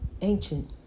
ancient